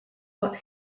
but